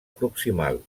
proximal